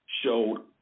showed